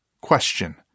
Question